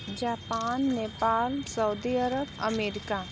Japan Nepal Saudi Arab America